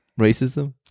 racism